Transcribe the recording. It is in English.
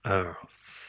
earth